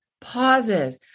pauses